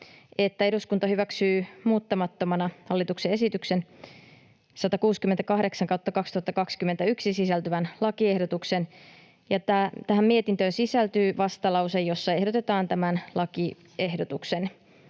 että eduskunta hyväksyy muuttamattomana hallituksen esitykseen 168/2021 sisältyvän lakiehdotuksen. Mietintöön sisältyy vastalause, jossa ehdotetaan tämän lakiehdotuksen